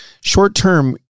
short-term